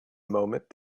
moment